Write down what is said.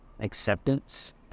acceptance